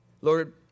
Lord